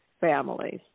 families